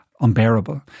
unbearable